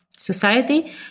Society